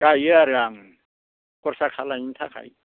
गायो आरो आं खरसा सालायनो थाखाय